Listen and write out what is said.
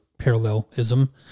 parallelism